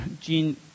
gene